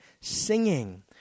singing